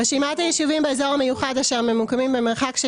רשימת היישובים באזור המיוחד אשר ממוקמים במרחק של